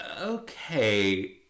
okay